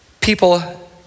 people